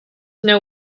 know